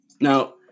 Now